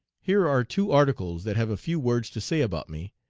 here are two articles that have a few words to say about me.